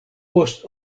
post